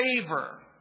favor